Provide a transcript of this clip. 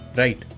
right